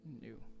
new